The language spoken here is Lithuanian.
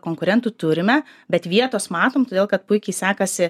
konkurentų turime bet vietos matom todėl kad puikiai sekasi